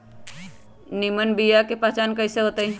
निमन बीया के पहचान कईसे होतई?